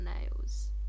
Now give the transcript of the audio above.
nails